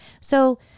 So-